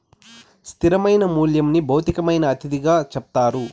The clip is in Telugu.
స్థిరమైన మూల్యంని భౌతికమైన అతిథిగా చెప్తారు